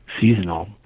seasonal